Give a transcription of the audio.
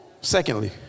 secondly